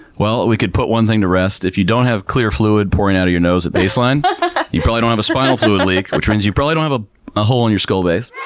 well, we could put one thing to rest. if you don't have clear fluid pouring out of your nose at baseline, but you probably don't have a spinal fluid leak. which means you probably don't have a hole in your skull base.